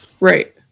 Right